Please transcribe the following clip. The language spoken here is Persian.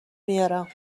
میارم